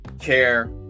care